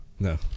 No